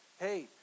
hey